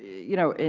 you know,